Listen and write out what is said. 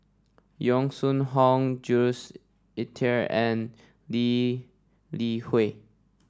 Yong Shu Hoong Jules Itier and Lee Li Hui